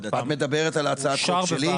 את מדברת על ההצעה שלי?